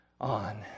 on